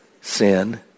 Sin